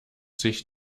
sich